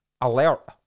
alert